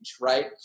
Right